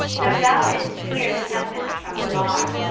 though thou did'st hear the tempest from afar,